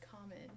common